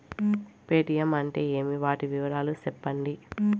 Paytm అంటే ఏమి, వాటి వివరాలు సెప్పండి?